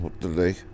today